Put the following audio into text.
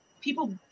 people